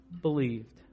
believed